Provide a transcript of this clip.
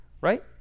right